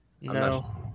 No